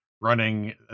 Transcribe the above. running